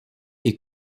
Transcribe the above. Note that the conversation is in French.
est